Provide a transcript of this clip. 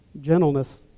Gentleness